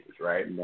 right